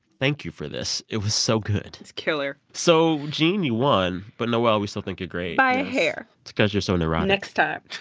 thank you for this. it was so good it's killer so gene, you won. but noel, we still think you're great by a hair it's because you're so neurotic time.